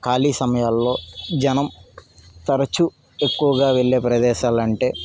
కాలీ సమయాల్లో జనం తరచూ ఎక్కువగా వెళ్ళే ప్రదేశాలు అంటే